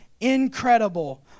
incredible